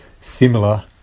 similar